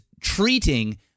treating